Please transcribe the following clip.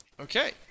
Okay